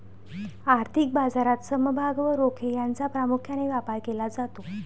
आर्थिक बाजारात समभाग व रोखे यांचा प्रामुख्याने व्यापार केला जातो